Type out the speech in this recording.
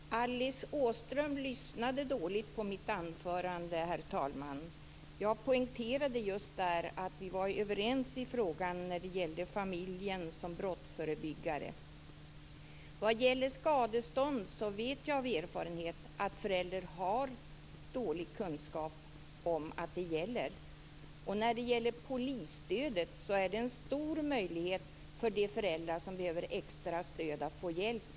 Herr talman! Alice Åström lyssnade dåligt på mitt anförande. Jag poängterade där att vi är överens i frågan om familjen som brottsförebyggare. Vad gäller skadestånd vet jag av erfarenhet att föräldrar har dålig kunskap. Polisstödet är en stor möjlighet för de föräldrar som behöver extra stöd att få hjälp.